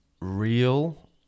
real